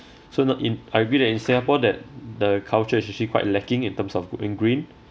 so not in I feel that in singapore that the culture is actually quite lacking in terms of going green